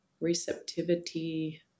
receptivity